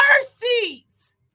mercies